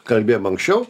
kalbėjom anksčiau